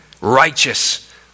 righteous